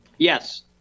Yes